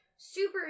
Super